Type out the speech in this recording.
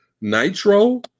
Nitro